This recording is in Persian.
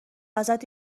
ازت